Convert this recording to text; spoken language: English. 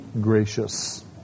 gracious